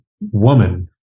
woman